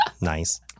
Nice